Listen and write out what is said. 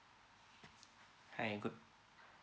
hi good